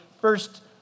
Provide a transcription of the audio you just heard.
first